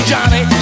Johnny